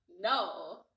No